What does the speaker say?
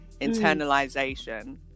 internalization